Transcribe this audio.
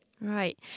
Right